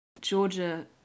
Georgia